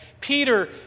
Peter